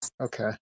Okay